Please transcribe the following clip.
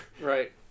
Right